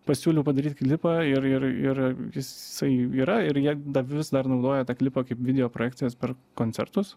pasiūliau padaryt klipą ir ir ir jisai yra ir jie dar vis dar naudoja tą klipą kaip videoprojekcijas per koncertus